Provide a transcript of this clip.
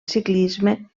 ciclisme